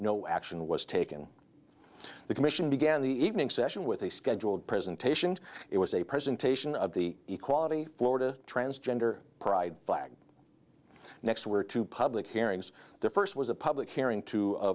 no action was taken the commission began the evening session with a scheduled presentation it was a presentation of the equality florida transgender pride flag next were to public hearings the first was a public hearing to